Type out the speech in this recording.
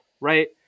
right